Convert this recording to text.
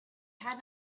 had